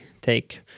take